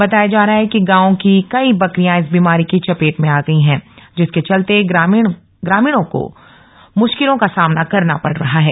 बताया जा रहा है कि ्गांव की कई बकरियां इस बीमारी की चर्षट में आ गई हैं जिसके चलले ग्रामीणों को काफी दिक्कतों का सामना करना पड़ रहा है